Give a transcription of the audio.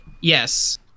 Yes